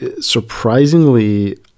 surprisingly